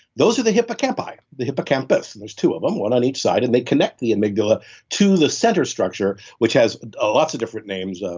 those are the hippocampi, the hippocampus. and there's two of them, one on each side, and they connect the amygdala to the center structure which has ah lots of different names, ah